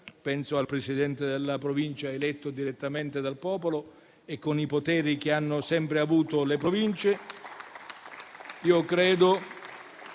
penso al Presidente della Provincia eletto direttamente dal popolo, con i poteri che hanno sempre avuto le Province